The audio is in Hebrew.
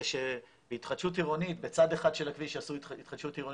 זה שבהתחדשות עירונית בצד אחד של הכביש שעשו התחדשות עירונית,